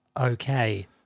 okay